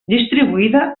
distribuïda